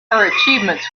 achievements